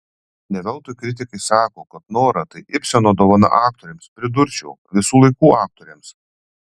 ne veltui kritikai sako kad nora tai ibseno dovana aktorėms pridurčiau visų laikų aktorėms